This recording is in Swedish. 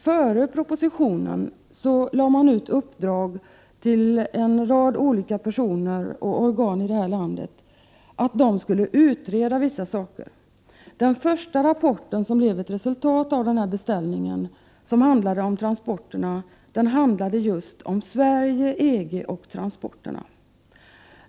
Före propositionen lade man ut uppdrag till en rad olika personer och organ i vårt land att utreda vissa frågor. Den första rapport som dessa uppdrag ledde till på transportområdet gällde Sverige, EG och transporterna.